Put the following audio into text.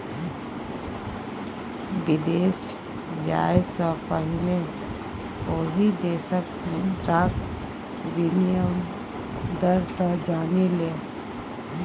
विदेश जाय सँ पहिने ओहि देशक मुद्राक विनिमय दर तँ जानि ले